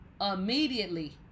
Immediately